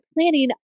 planning